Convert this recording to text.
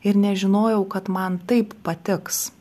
ir nežinojau kad man taip patiks